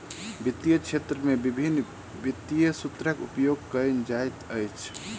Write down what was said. वित्तीय क्षेत्र में विभिन्न वित्तीय सूत्रक उपयोग कयल जाइत अछि